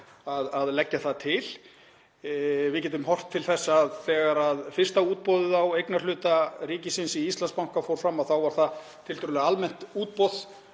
að leggja það til. Við getum horft til þess að þegar fyrsta útboðið á eignarhluta ríkisins í Íslandsbanka fór fram þá var það tiltölulega almennt útboð